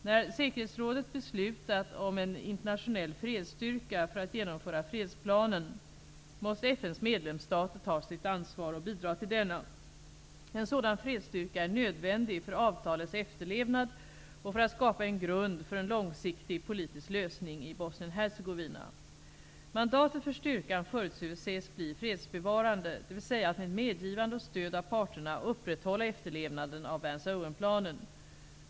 När säkerhetsrådet beslutat om en internationell fredsstyrka för att genomföra fredsplanen måste FN:s medlemsstater ta sitt ansvar och bidra till denna. En sådan fredsstyrka är nödvändig för avtalets efterlevnad och för att skapa en grund för en långsiktig politisk lösning i Bosnien Mandatet för styrkan förutses bli fredsbevarande, dvs. att med medgivande och stöd av parterna upprätthålla efterlevnaden av Vance--Owenplanen.